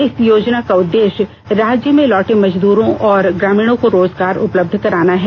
इस योजना का उद्देश्य राज्यों में लौटे मजदूरो और ग्रामीणों को रोजगार उपलब्ध कराना है